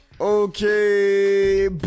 okay